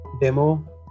demo